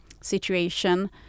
situation